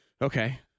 Okay